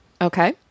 okay